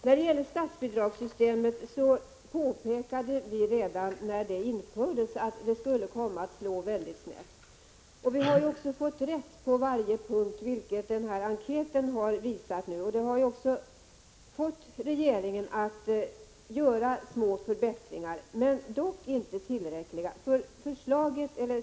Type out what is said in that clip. När det gäller statsbidragssystemet påpekade vi redan när det infördes att det skulle komma att slå snett. Vi har också fått rätt på varje punkt, vilket den aktuella enkäten har visat. Denna har fått regeringen att göra små förbättringar — men inte tillräckliga.